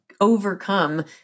overcome